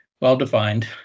well-defined